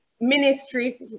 ministry